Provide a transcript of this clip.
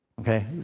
okay